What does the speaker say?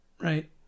right